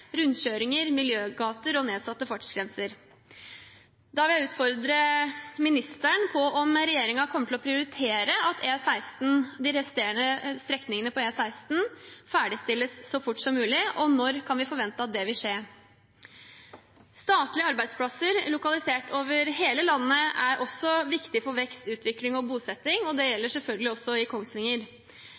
rundkjøringer, miljøgater og nedsatte fartsgrenser. Da vil jeg utfordre ministeren: Kommer regjeringen til å prioritere at de resterende strekningene på E16 ferdigstilles så fort som mulig, og når kan vi forvente at det vil skje? Statlige arbeidsplasser lokalisert over hele landet er også viktig for vekst, utvikling og bosetting. Det gjelder selvfølgelig også i Kongsvinger.